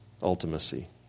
ultimacy